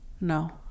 No